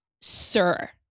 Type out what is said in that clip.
sir